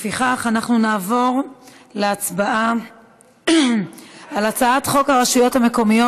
לפיכך אנחנו נעבור להצבעה על הצעת חוק הרשויות המקומיות